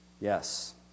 Yes